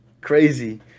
Crazy